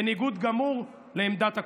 בניגוד גמור לעמדת הקואליציה.